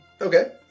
Okay